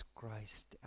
Christ